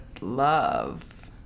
love